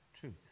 Truth